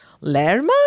Lerma